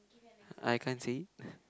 I can't say it